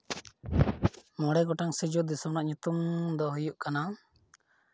ᱢᱚᱬᱮ ᱜᱚᱴᱟᱝ ᱥᱤᱧ ᱚᱛ ᱫᱤᱥᱚᱢ ᱨᱮᱭᱟᱜ ᱧᱩᱛᱩᱢ ᱫᱚ ᱦᱩᱭᱩᱜ ᱠᱟᱱᱟ